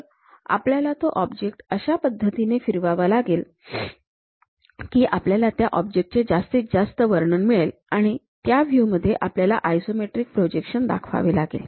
तर आपल्याला तो ऑब्जेक्ट अशा पद्धतीने फिरवावा लागेल की आपल्याला त्या ऑब्जेक्ट चे जास्तीत जास्त वर्णन मिळेल आणि त्या व्ह्यू मध्ये आपल्याला आयसोमेट्रिक प्रोजेक्शन दाखवावे लागेल